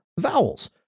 vowels